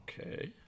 Okay